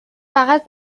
فقط